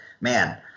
man